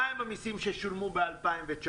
וכן שאלתי מה המסים ששולמו ב-2019.